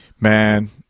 Man